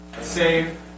save